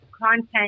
content